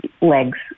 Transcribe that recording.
legs